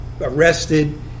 arrested